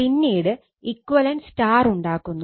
പിന്നീട് equivalent Y ഉണ്ടാക്കുന്നു